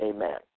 Amen